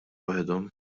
waħedhom